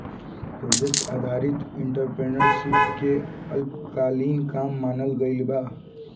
project आधारित entrepreneurship के अल्पकालिक काम मानल गइल बा